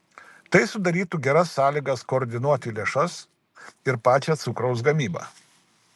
tai sudarytų geras sąlygas koordinuoti lėšas ir pačią cukraus gamybą